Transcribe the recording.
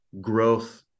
growth